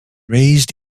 raised